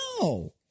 No